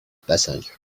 passengers